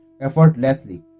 effortlessly